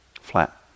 flat